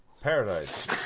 Paradise